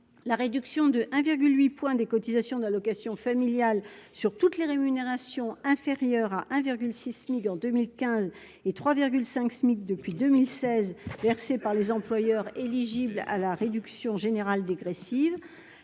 la réduction de 1 virgule 8 points des cotisations d'allocations familiales sur toutes les rémunérations inférieures à 1 virgule 6000 en 2015 et 3 5 SMIC depuis 2016 versée par les employeurs éligibles à la réduction générale dégressive,